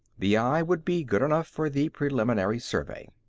the eye would be good enough for the preliminary survey.